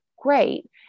great